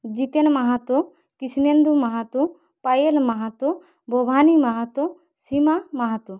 Jiten Mahato Krishnendu Mahato Payel Mahato Bhabani Mahato Seema Mahato